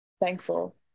thankful